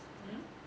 mm